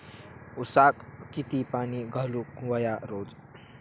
ऊसाक किती पाणी घालूक व्हया रोज?